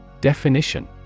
Definition